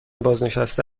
بازنشسته